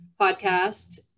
podcast